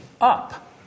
up